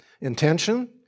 Intention